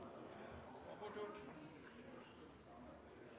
sa